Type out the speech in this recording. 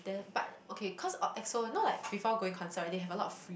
then but okay cause of Exo you know like before going concert right they have a lot of free